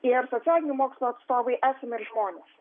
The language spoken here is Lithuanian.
ir socialinių mokslų atstovai esame ir žmonės